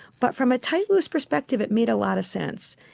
but from a tight loose perspective it made a lot of sense.